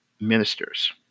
ministers